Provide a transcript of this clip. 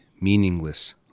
meaningless